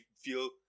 feel